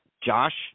Josh